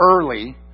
early